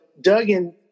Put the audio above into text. Duggan